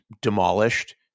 demolished